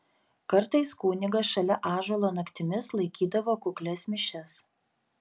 kartais kunigas šalia ąžuolo naktimis laikydavo kuklias mišias